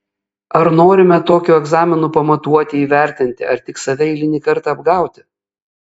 ar norime tokiu egzaminu pamatuoti įvertinti ar tik save eilinį kartą apgauti